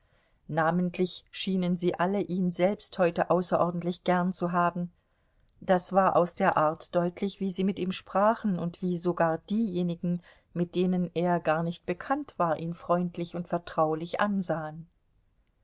namentlich schienen sie alle ihn selbst heute außerordentlich gern zu haben das war aus der art deutlich wie sie mit ihm sprachen und wie sogar diejenigen mit denen er gar nicht bekannt war ihn freundlich und vertraulich ansahen